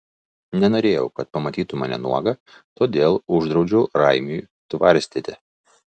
nenorėjau kad pamatytų mane nuogą todėl uždraudžiau raimiui tvarstyti